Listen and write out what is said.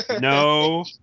No